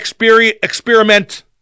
experiment